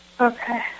Okay